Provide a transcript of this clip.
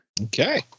Okay